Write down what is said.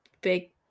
big